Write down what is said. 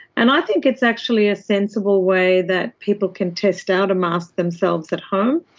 and i think it's actually a sensible way that people can test out a mask themselves at home.